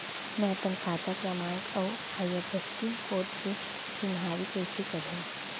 मैं अपन खाता क्रमाँक अऊ आई.एफ.एस.सी कोड के चिन्हारी कइसे करहूँ?